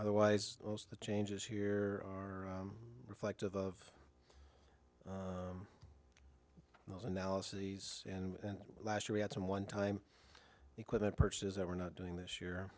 otherwise most of the changes here are reflective of those analyses and last year we had some one time equipment purchases that were not doing this year